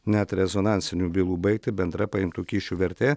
net rezonansinių bylų baigtį bendra paimtų kyšių vertė